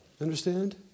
Understand